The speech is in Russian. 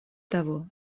того